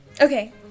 Okay